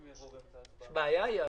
יש בעיה, אייל?